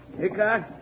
Hickok